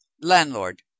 Landlord